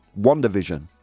WandaVision